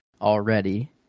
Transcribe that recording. already